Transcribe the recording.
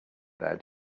there